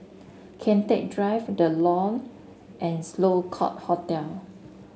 Kian Teck Drive The Lawn and Sloane Court Hotel